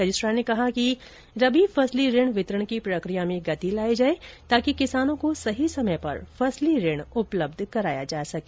registrar ने कहा कि रबी फसली ऋण वितरण की प्रक्रिया में गति लाई जाए ताकि किसानों को सही समय पर फसली ऋण मुहैया कराया जा सके